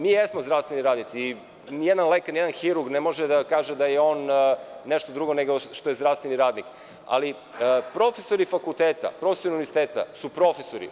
Mi jesmo zdravstveni radnici i nijedan lekar, nijedan hirurg ne može da kaže da je on nešto drugo nego zdravstveni radnik, ali profesori fakulteta, profesori univerziteta su profesori.